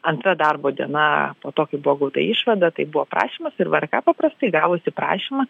antra darbo diena po to kai buvo gauta išvada tai buvo prašymas ir vrk paprastai gavusi prašymą